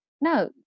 No